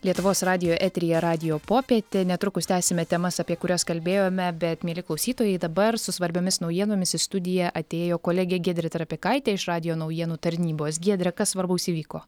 lietuvos radijo eteryje radijo popietė netrukus tęsime temas apie kurias kalbėjome bet mieli klausytojai dabar su svarbiomis naujienomis į studiją atėjo kolegė giedrė trapikaitė iš radijo naujienų tarnybos giedre kas svarbaus įvyko